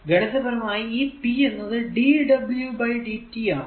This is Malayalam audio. ഗണിതപരമായി ഈ p എന്നത് dw ബൈ dt ആണ്